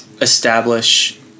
Establish